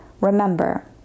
remember